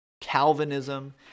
Calvinism